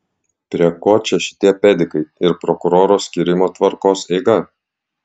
prie ko čia šitie pedikai ir prokuroro skyrimo tvarkos eiga